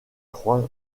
croix